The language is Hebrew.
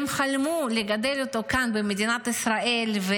הם חלמו לגדל אותו כאן במדינת ישראל.